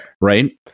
Right